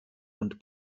und